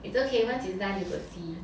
it's okay once it's done you could see